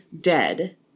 dead